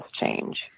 change